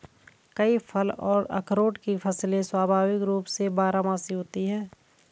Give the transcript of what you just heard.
कई फल और अखरोट की फसलें स्वाभाविक रूप से बारहमासी होती हैं